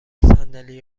صندلی